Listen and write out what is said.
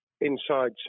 inside